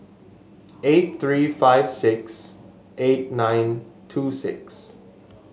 eight three five six eight nine two six